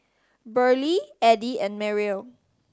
Burley Eddie and Mariel